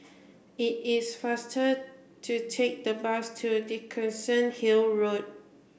it is faster to take the bus to Dickenson Hill Road